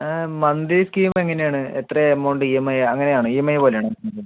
monthly scheme എങ്ങനെ ആണ് എത്ര എമൗണ്ട് ഇ എം ഐ അങ്ങനെ ആണ് ഇ എം ഐ പോലെ ആണോ സ്കീമ്